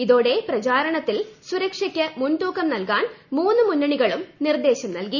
ഇതോടെ പ്രചാരണത്തിൽ സുരക്ഷക്ക് മുൻതൂക്കം കൃൽകാൻ മൂന്നു മുന്നണികളും നിർദേശം നൽകി